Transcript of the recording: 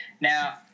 Now